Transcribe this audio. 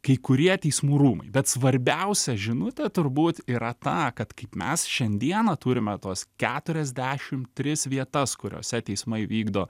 kai kurie teismų rūmai bet svarbiausia žinutė turbūt yra ta kad kaip mes šiandieną turime tuos keturiasdešimt tris vietas kuriose teismai vykdo